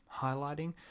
highlighting